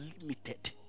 limited